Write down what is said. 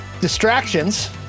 Distractions